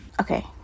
Okay